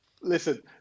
Listen